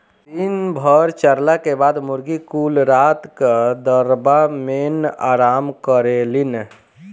दिन भर चरला के बाद मुर्गी कुल रात क दड़बा मेन आराम करेलिन